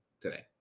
today